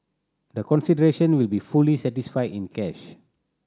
the consideration will be fully satisfied in cash